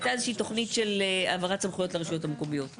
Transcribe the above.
הייתה איזה שהיא תוכנית של העברת סמכויות לרשויות המקומיות.